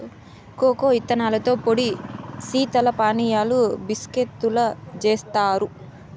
cocoa ఇత్తనాలతో పొడి శీతల పానీయాలు, బిస్కేత్తులు జేత్తారు